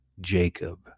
Jacob